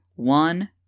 One